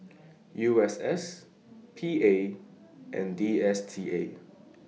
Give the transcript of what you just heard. U S S P A and D S T A